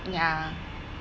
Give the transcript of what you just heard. ya